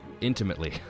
Intimately